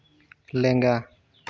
ᱞᱮᱸᱜᱟ